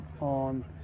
on